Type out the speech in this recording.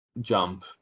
jump